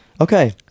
okay